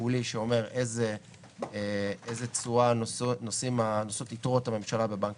תפעולי שאומר איזה תשואה נושאות יתרות הממשלה בבנק